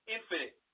Infinite